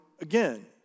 again